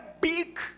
big